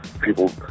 people